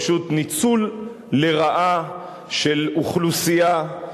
פשוט ניצול לרעה של אוכלוסייה,